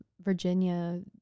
Virginia